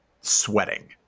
sweating